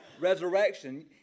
resurrection